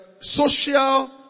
social